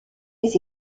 les